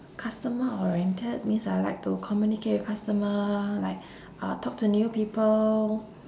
customer oriented means I like to communicate with customer like uh talk to new people